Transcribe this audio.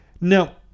Now